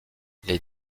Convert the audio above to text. les